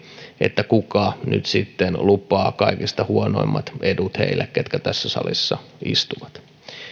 että kuka nyt sitten lupaa kaikista huonoimmat edut heille ketkä tässä salissa istuvat